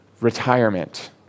Retirement